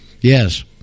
Yes